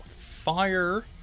fire